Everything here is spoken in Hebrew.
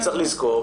צריך לזכור,